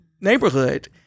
neighborhood